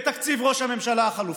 בתקציב ראש הממשלה החלופי,